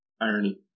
Irony